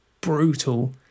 brutal